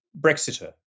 Brexiter